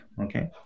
okay